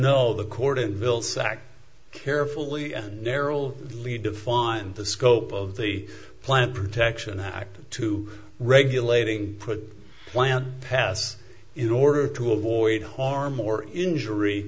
know the court and will sack carefully narrow lead to find the scope of the plant protection act to regulating put plant pass in order to avoid harm or injury